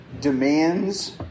demands